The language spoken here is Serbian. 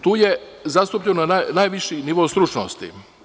Tu je zastupljen najviši nivo stručnosti.